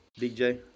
DJ